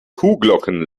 kuhglocken